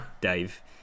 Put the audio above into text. Dave